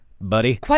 buddy